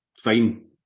fine